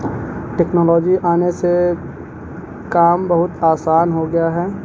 technology آنے سے کام بہت آسان ہو گیا ہے